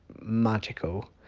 magical